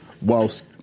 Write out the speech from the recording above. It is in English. whilst